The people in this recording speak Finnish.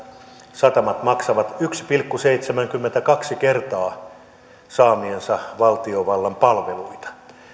satamat maksavat yksi pilkku seitsemänkymmentäkaksi kertaa saamiaan valtiovallan palveluita